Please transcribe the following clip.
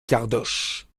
cardoche